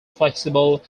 flexible